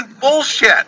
bullshit